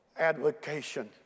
advocation